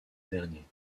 dernier